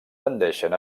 tendeixen